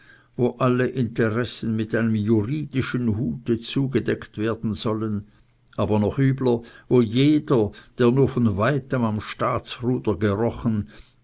wo alle interessen mit einem juridischen hute zugedeckt werden sollen aber noch übler wo jeder der nur von weitem am staatsruder gerochen